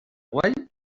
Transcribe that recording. paraguai